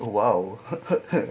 oh !wow!